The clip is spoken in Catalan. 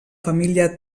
família